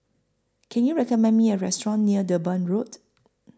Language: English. Can YOU recommend Me A Restaurant near Durban Road